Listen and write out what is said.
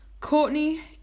Courtney